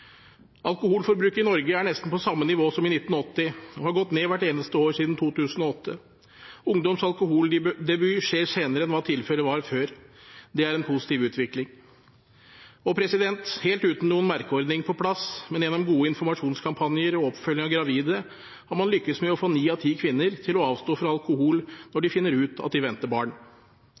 Alkoholforbruket i Norge er nesten på samme nivå som i 1980 og har gått ned hvert eneste år siden 2008. Ungdoms alkoholdebut skjer senere enn hva tilfellet var før. Det er en positiv utvikling. Og helt uten noen merkeordning på plass, men gjennom gode informasjonskampanjer og oppfølging av gravide, har man lyktes med å få ni av ti kvinner til å avstå fra alkohol når de finner ut at de venter barn.